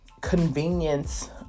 convenience